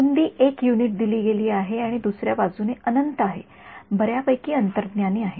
रुंदी १ युनिट दिली गेली आहे आणि दुसऱ्या बाजूने अनंत आहे बर्यापैकी अंतर्ज्ञानी आहे